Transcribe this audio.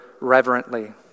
reverently